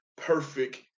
perfect